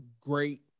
great